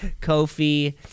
Kofi